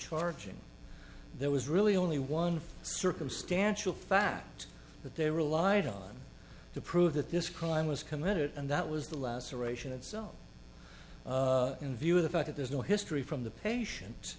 charging there was really only one circumstantial fact that they relied on to prove that this crime was committed and that was the last aeration itself in view of the fact that there's no history from the patien